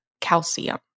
calcium